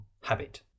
habit